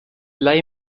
leihe